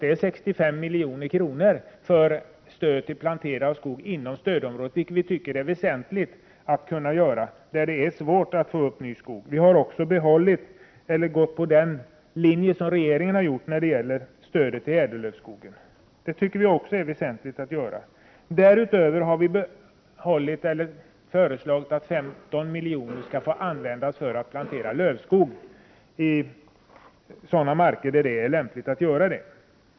Dessa bidrag uppgår till 65 milj.kr. för stöd till plantering av skog inom stödområdet. Vi anser att det är väsentligt att kunna plantera i sådana områden där det är svårt att få upp ny skog. Vi har också gått på regeringens linje när det gäller stödet till ädellövskogen, som vi anser är väsentligt. Därutöver har vi föreslagit att 15 milj.kr. skall få användas för att plantera lövskog i sådana markområden där det är lämpligt.